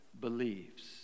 believes